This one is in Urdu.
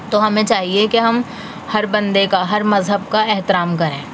تو ہمیں چاہیے کہ ہم ہر بندے کا ہر مذہب کا احترام کریں